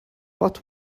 but